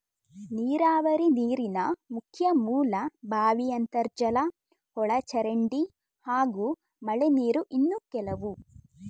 ನೀರಾವರಿ ನೀರಿನ ಮುಖ್ಯ ಮೂಲ ಬಾವಿ ಅಂತರ್ಜಲ ಒಳಚರಂಡಿ ಹಾಗೂ ಮಳೆನೀರು ಇನ್ನು ಕೆಲವು